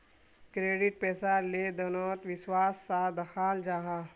credit पैसार लें देनोत विश्वास सा दखाल जाहा